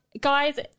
Guys